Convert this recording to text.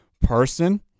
person